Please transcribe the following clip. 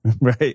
right